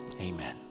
Amen